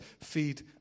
feed